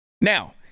now